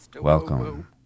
welcome